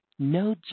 No